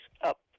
up